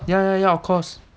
ya ya ya of course